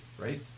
right